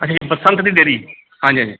ਅੱਛਾ ਜੀ ਬਸੰਤ ਦੀ ਡੇਅਰੀ ਹਾਂਜੀ ਹਾਂਜੀ